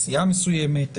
כנסייה מסוימת,